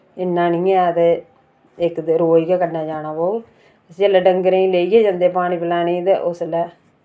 इन्ना निं ऐ ते इक ते रोज गै कन्नै जाना पौग जेल्लै डंगरें लेइयै जन्दे पानी पलैने ते उसलै